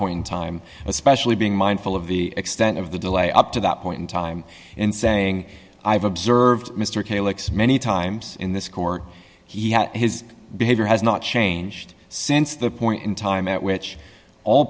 point in time especially being mindful of the extent of the delay up to that point in time in saying i've observed mr calix many times in this court he had his behavior has not changed since the point in time at which all